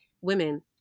women